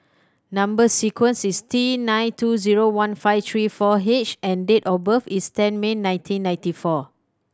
number sequence is T nine two zero one five three four H and date of birth is ten May nineteen ninety four